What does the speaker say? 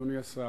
אדוני השר,